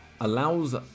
allows